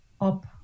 up